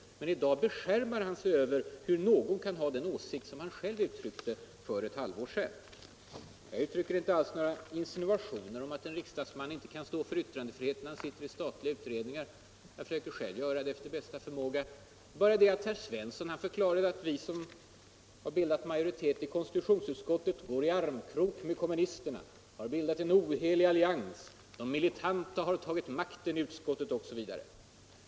Men i dag beskärmar han sig över hur någon kan ha den åsikt som han själv uttryckte för ett halvår sedan. Jag uttalar inte alls några insinuationer om att en riksdagsman inte kan stå för yttrandefriheten när han sitter i statliga utredningar. Jag försöker själv göra det efter bästa förmåga. Det är bara det att herr Svensson förklarade att vi som bildat majoritet i konstitutionsutskottet ”går i armkrok med kommunisterna” och har skapat ”en ohelig allians”, ”de militanta har tagit makten” i utskottet osv.